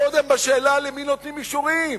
קודם בשאלה למי נותנים אישורים,